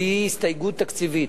היא הסתייגות תקציבית,